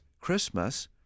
Christmas